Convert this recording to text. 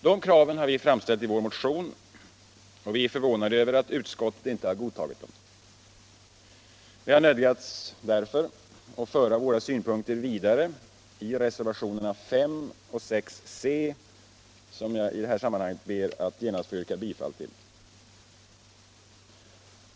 Dessa krav har vi framställt i vår motion, och vi är förvånade över att utskottet inte har godtagit den. Vi har därför nödgats föra våra synpunkter vidare i reservationerna 5 och 6 C, som jag genast ber att få yrka bifall till.